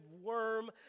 worm